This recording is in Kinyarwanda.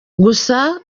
gusa